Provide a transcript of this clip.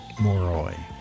Moroi